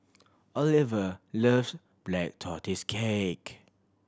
Oliver love Black Tortoise Cake